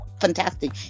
fantastic